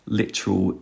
literal